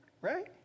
Right